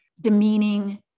demeaning